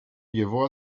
llevó